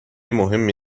مهمی